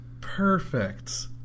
perfect